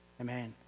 Amen